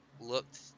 looked